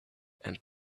and